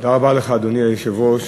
היושב-ראש,